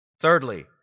Thirdly